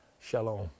Shalom